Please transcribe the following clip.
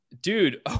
Dude